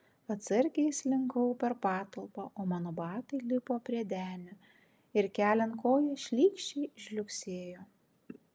atsargiai slinkau per patalpą o mano batai lipo prie denio ir keliant koją šlykščiai žliugsėjo